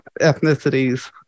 ethnicities